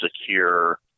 secure